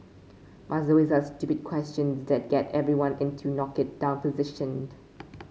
must always ask stupid questions that get everyone into knock it down position